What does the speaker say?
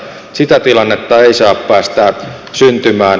sitä tilannetta ei saa päästää syntymään